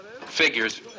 Figures